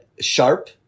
sharp